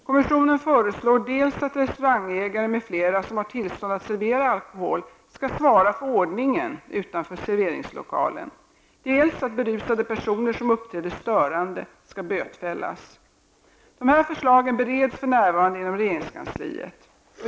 Kommissionen föreslår dels att restaurangägare m.fl. som har tillstånd att servera alkohol skall svara för ordningen utanför serveringslokalen, dels att berusade personer som uppträder störande skall bötfällas. Dessa förslag bereds för närvarande inom regeringskansliet.